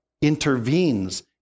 intervenes